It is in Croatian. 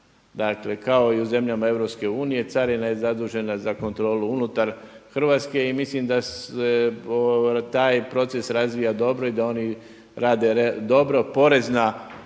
Dakle, kao i u zemljama EU carina je zadužena za kontrolu unutar Hrvatske i mislim da se taj proces razvija dobro i da oni rade dobro. Porezna